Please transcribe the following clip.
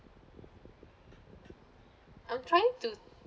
I'm trying to